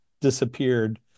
disappeared